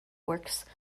works